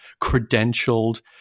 credentialed